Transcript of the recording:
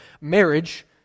marriage